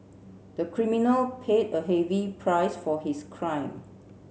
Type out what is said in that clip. the criminal paid a heavy price for his crime